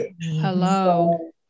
Hello